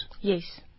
Yes